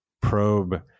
probe